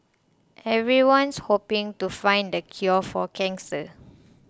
everyone's hoping to find the cure for cancer